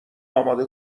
اماده